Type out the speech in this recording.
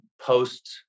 post